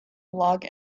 log